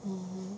mmhmm